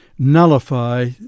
nullify